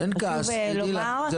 חשוב לומר.